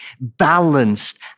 balanced